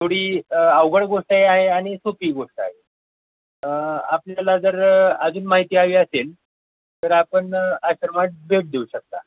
थोडी अवघड गोष्ट आहे आहे आणि सोपीही गोष्ट आहे आपल्याला जर अजून माहिती हवी असेल तर आपण आश्रमात भेट देऊ शकता